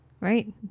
Right